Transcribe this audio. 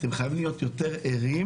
אתם חייבים להיות יותר ערים